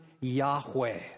Yahweh